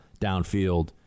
downfield